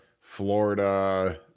Florida